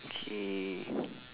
K